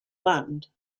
land